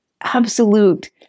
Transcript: absolute